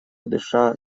дыша